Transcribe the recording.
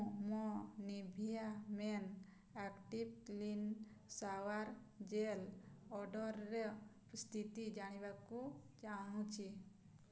ମୁଁ ମୋ Nivea men active clean shower gel ଅର୍ଡ଼ର୍ର ସ୍ଥିତି ଜାଣିବାକୁ ଚାହୁଁଛି